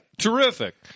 Terrific